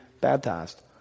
baptized